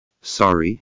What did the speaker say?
Sorry